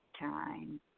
time